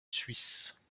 suisse